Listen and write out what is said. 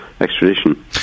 extradition